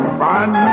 fun